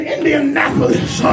Indianapolis